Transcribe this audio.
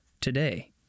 Today